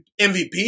MVP